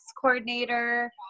coordinator